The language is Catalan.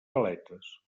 galetes